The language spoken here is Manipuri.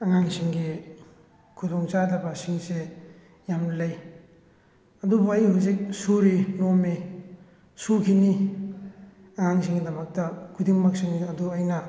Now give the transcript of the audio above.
ꯑꯉꯥꯡꯁꯤꯡꯒꯤ ꯈꯨꯗꯣꯡ ꯆꯥꯗꯕꯁꯤꯡꯁꯦ ꯌꯥꯝ ꯂꯩ ꯑꯗꯨꯕꯨ ꯑꯩ ꯍꯧꯖꯤꯛ ꯁꯨꯔꯤ ꯅꯣꯝꯃꯤ ꯁꯨꯈꯤꯅꯤ ꯑꯉꯥꯡꯁꯤꯡꯒꯤꯗꯃꯛꯇ ꯈꯨꯗꯤꯡꯃꯛꯁꯤꯡ ꯑꯗꯨ ꯑꯩꯅ